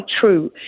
true